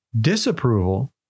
disapproval